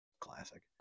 Classic